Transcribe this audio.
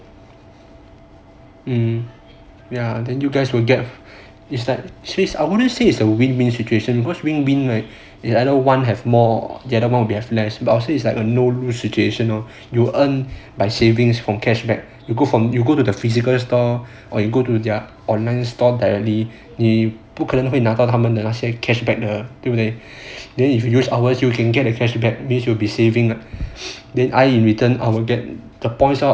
ya then you guys will get it's like sweets I wanted to say it's a win win situation cause win win is like it's either one have more the other one would have less but I'll say it's like a no win situation you earn like savings from cashback you go from you go to the physical store or you go to their online store directly 你不可能会拿到他们的那些 cashback 的对不对 then if you use ours you can get the cashback means you will be saving then I in return I will get the points lor